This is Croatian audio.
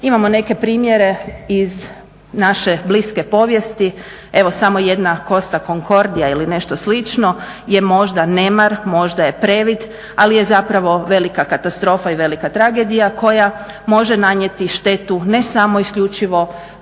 Imamo neke primjere iz naše bliske povijesti, evo samo jedna Costa Condordia ili nešto slično je možda nemar, možda je previd ali je zapravo velika katastrofa i velika tragedija koja može nanijeti štetnu ne samo isključivo